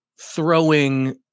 throwing